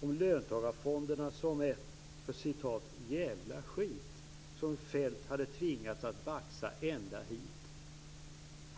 om löntagarfonderna som ett "djävla skit", som Kjell-Olof Feldt hade tvingats att baxa ända hit.